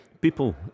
people